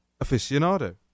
aficionado